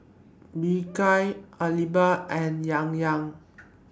Bika Alba and Yan Yan